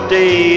day